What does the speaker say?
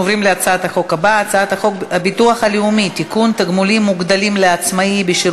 ההצעה להעביר את הצעת חוק המרשם הפלילי ותקנת השבים (תיקון,